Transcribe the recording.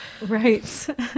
Right